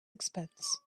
expense